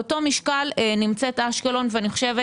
באותו משקל נמצאת אשקלון ואני חושבת